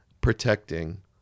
protecting